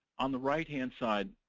on the right-hand side,